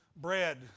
Bread